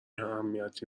اهمیتی